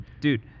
Dude